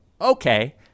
Okay